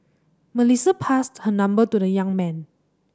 Melissa passed her number to the young man